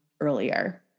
earlier